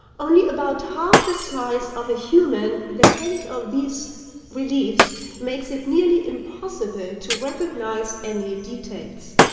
only about half the size of a human, the health of these reliefs makes it nearly impossible to recognize any details.